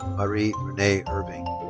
mari renee irving.